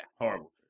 horrible